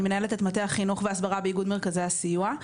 אני מנהלת את מטה החינוך וההסברה באיגוד מרכזי הסיוע,